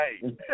hey